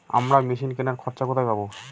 আমরা মেশিন কেনার খরচা কোথায় পাবো?